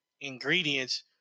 ingredients